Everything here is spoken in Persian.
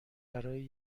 برای